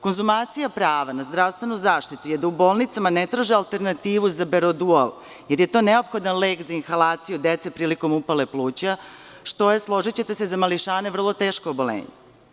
Konzumacija prava na zdravstvenu zaštitu je da u bolnicama ne traže alternativu za berodual, jer je to neophodan lek za inhalaciju dece prilikom upale pluća, što je, složićete se, za mališane teško oboljenje.